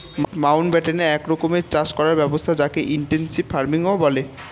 Mountbatten এক রকমের চাষ করার ব্যবস্থা যকে ইনটেনসিভ ফার্মিংও বলে